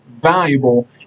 valuable